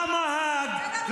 למה האג?